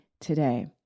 today